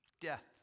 Death